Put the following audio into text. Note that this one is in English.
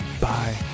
bye